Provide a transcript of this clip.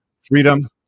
freedom